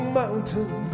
mountain